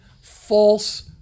false